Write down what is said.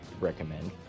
recommend